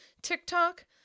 tiktok